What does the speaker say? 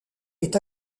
est